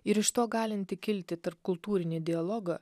ir iš to galinti kilti tarpkultūrinį dialogą